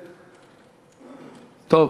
טוב,